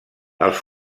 els